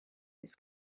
this